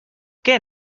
què